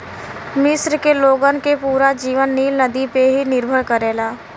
मिस्र के लोगन के पूरा जीवन नील नदी पे ही निर्भर करेला